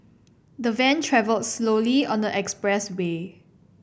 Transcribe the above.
the van travelled slowly on the expressway